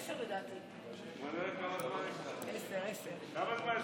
כמה זמן יש לוולדיגר?